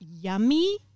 yummy